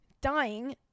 dying